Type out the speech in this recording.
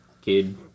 kid